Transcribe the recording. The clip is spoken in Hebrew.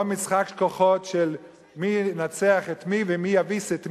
משחק כוחות של מי ינצח את מי ומי יביס את מי,